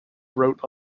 wrote